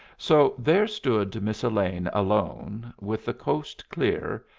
so there stood miss elaine alone, with the coast clear,